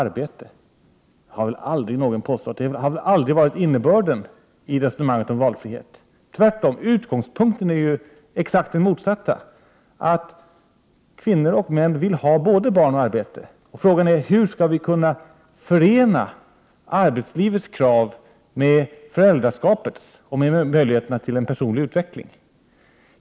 Det har väl aldrig någon påstått? Det har väl aldrig varit innebörden i resonemanget om valfrihet? Tvärtom, utgångspunkten är exakt den motsatta. Kvinnor och män vill ha både barn och arbete. Frågan är hur vi skall kunna förena arbetslivets krav med föräldraskapets och ge möjligheter till personlig utveckling.